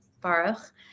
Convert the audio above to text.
Baruch